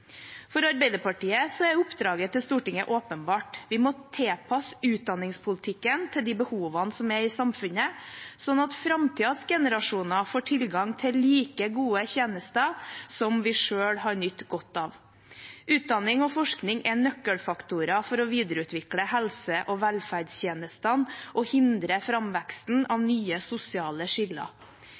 For Arbeiderpartiet er oppdraget til Stortinget åpenbart. Vi må tilpasse utdanningspolitikken til de behovene som er i samfunnet, slik at framtidens generasjoner får tilgang til like gode tjenester som vi selv har nytt godt av. Utdanning og forskning er nøkkelfaktorer for å videreutvikle helse- og velferdstjenestene og hindre framveksten av nye sosiale skiller.